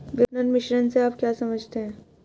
विपणन मिश्रण से आप क्या समझते हैं?